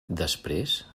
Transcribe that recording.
després